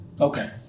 Okay